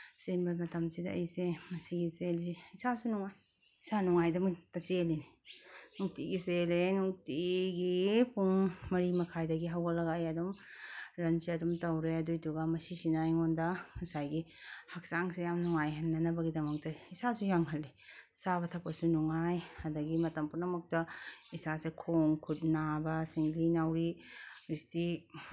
ꯆꯦꯟꯕ ꯃꯇꯝꯁꯤꯗ ꯑꯩꯁꯦ ꯃꯁꯤꯒꯤ ꯆꯦꯟꯕꯁꯤ ꯏꯁꯥꯁꯨ ꯅꯨꯡꯉꯥꯏ ꯏꯁꯥ ꯅꯨꯡꯉꯥꯏꯗꯃꯛꯇ ꯆꯦꯜꯂꯤꯅꯤ ꯅꯨꯡꯇꯤꯒꯤ ꯆꯦꯜꯂꯦ ꯅꯨꯡꯇꯤꯒꯤ ꯄꯨꯡ ꯃꯔꯤ ꯃꯈꯥꯏꯗꯒꯤ ꯍꯧꯒꯠꯂꯒ ꯑꯩ ꯑꯗꯨꯝ ꯔꯟꯁꯦ ꯑꯗꯨꯝ ꯇꯧꯔꯦ ꯑꯗꯨꯏꯗꯨꯒ ꯃꯁꯤꯁꯤꯅ ꯑꯩꯉꯣꯟꯗ ꯉꯁꯥꯏꯒꯤ ꯍꯛꯆꯥꯡꯁꯦ ꯌꯥꯝ ꯅꯨꯡꯉꯥꯏꯍꯟꯅꯅꯕꯒꯤꯗꯃꯛꯇ ꯏꯁꯥꯁꯨ ꯌꯥꯡꯍꯜꯂꯤ ꯆꯥꯕ ꯊꯛꯄꯁꯨ ꯅꯨꯡꯉꯥꯏ ꯑꯗꯒꯤ ꯃꯇꯝ ꯄꯨꯝꯅꯃꯛꯇ ꯏꯁꯥꯁꯦ ꯈꯣꯡ ꯈꯨꯠ ꯅꯥꯕ ꯁꯤꯡꯂꯤ ꯅꯥꯎꯔꯤ ꯍꯧꯖꯤꯛꯇꯤ